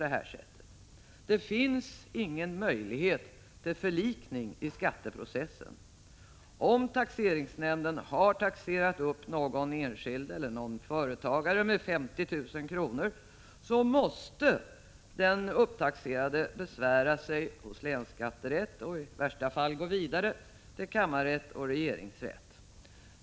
Det finns ingen möjlighet till förlikning i skatteprocessen. Om taxeringsnämnden har taxerat upp någon enskild eller en företagare med 50 000 kr., måste den upptaxerade besvära sig hos länsrätt och i värsta fall gå vidare till kammarrätt och regeringsrätt.